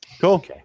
Cool